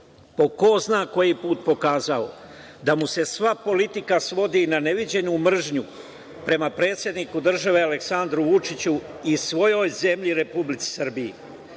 po ko zna koji put pokazao da mu se sva politika svodi na neviđenu mržnju prema predsedniku države Aleksandru Vučiću i svojoj zemlji Republici